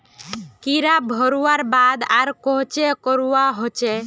कीड़ा भगवार बाद आर कोहचे करवा होचए?